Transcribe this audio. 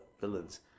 villains